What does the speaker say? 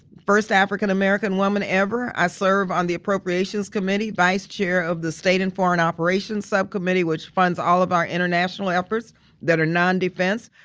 first african american woman ever. i serve on the appropriations committee, vice chair of the state and foreign operations subcommittee, which funds all of our international efforts that are non defense.